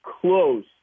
close